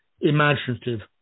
imaginative